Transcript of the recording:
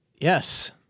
Yes